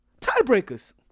tiebreakers